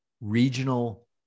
regional